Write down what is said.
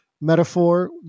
Metaphor